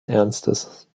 ernstes